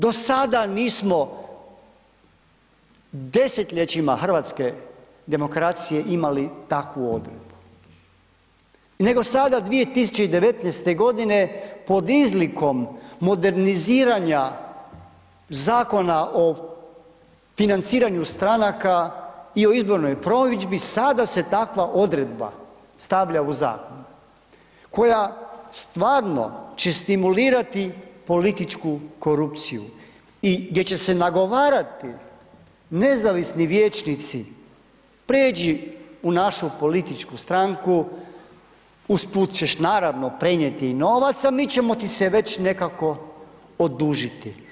Do sada nismo desetljećima hrvatske demokracije imali takvu odredbu nego sada 2019. godine pod izlikom moderniziranja zakona o financiranju stranaka i o izbornoj promidžbi sada se takva odredba stavlja u zakon koja stvarno će stimulirati političku korupciju i gdje će se nagovarati nezavisni vijećnici, pređi u našu političku stranku, usput ćeš naravno prenijeti i novac a mi ćemo ti se već nekako odužiti.